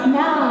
now